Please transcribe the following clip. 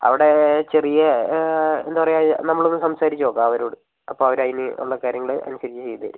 അവിടെ ചെറിയെ എന്താണ് എന്താണ് നമ്മൾ ഒന്ന് സംസാരിച്ച് നോക്കാം അവരോട് അപ്പോൾ അതിന് ഉള്ള കാര്യങ്ങൾ അനുസരിച്ച് ചെയ്ത് തെരും